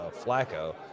Flacco